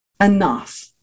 enough